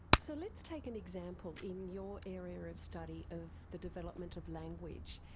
so let's take an example in your area of study of the development of language.